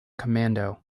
commando